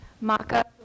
Maka